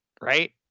right